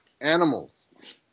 animals